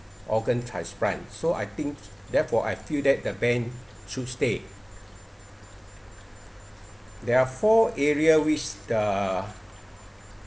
organ transplant so I think therefore I feel that the ban should stay there are four area which the